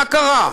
מה קרה?